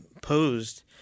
posed